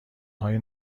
های